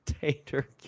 tater